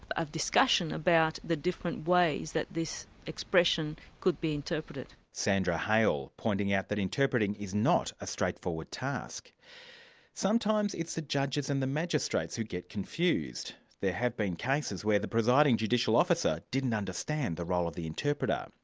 discussion about the different ways that this expression could be interpreted. sandra hale, pointing out that interpreting is not a straightforward task sometimes it's the judges and the magistrates who get confused. there have been cases where the presiding judicial officer didn't understand the role of the interpreter.